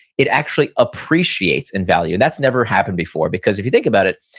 it actually appreciates in value. that's never happened before, because if you think about it,